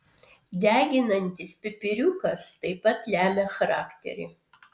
deginantis pipiriukas taip pat lemia charakterį